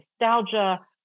nostalgia